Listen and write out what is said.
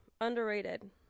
Underrated